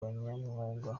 abanyamwuga